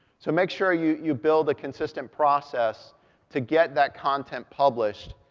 so make sure you you build a consistent process to get that content published,